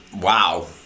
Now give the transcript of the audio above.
wow